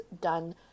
done